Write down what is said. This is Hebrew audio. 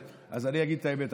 אגיד את האמת.